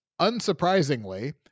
unsurprisingly